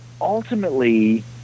ultimately